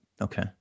Okay